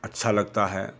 अच्छा लगता है